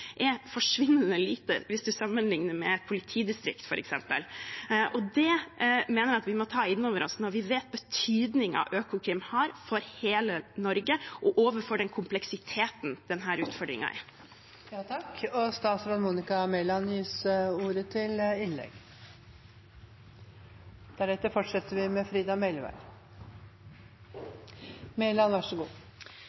er forsvinnende lite hvis en sammenligner med f.eks. et politidistrikt, og det mener jeg vi må ta inn over oss når vi vet hvilken betydning Økokrim har for hele Norge, og overfor den kompleksiteten denne utfordringen har. Jeg er glad for interpellasjonen, og jeg er glad for engasjementet, for det trenger vi